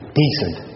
decent